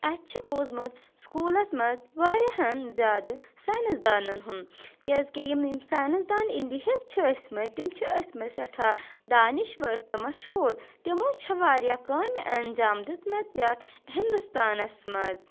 اسہِ چھُ بوٗزمُت سکوٗلس منٛز واریاہن زیادٕ ساینسدانن ہُنٛد کیٛاز کہِ یِم یِم ساینسدان انڈہِکۍ چھِ ٲسۍ مٕتۍ تِم چھِ ٲسۍ مٕتۍ سٮ۪ٹھاہ دانشور تہٕ مشہوٗر تِمو چھےٚ واریاہ کامہِ انجام دِژٕ مژ یتھ ہندوستانس منٛز